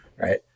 right